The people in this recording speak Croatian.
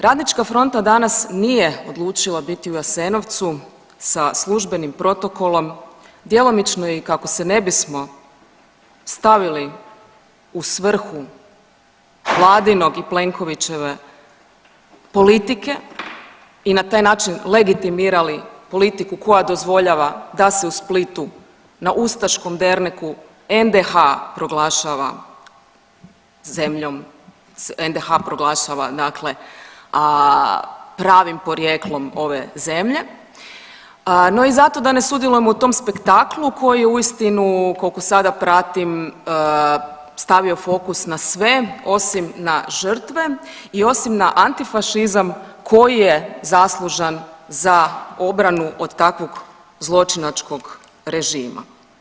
Radnička fronta danas nije odlučila biti u Jasenovcu sa službenim protokolom djelomično i kako se ne bismo stavili u svrhu vladinog i Plenkovićeve politike i na taj način legitimirali politiku koja dozvoljava da se u Splitu na ustaškom derneku NDH proglašava zemljom NDH proglašava dale pravim porijeklom ove zemlje, no i zato da ne sudjelujemo u tom spektaklu koji je uistinu koliko sada pratim stavio fokus na sve osim na žrtve i osim na antifašizam koji je zaslužan za obranu od takvog zločinačkog režima.